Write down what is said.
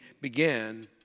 began